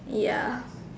ya